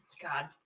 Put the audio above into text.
God